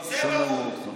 זה ברור.